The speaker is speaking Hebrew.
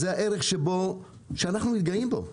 זה הערך שאנחנו מתגאים בו.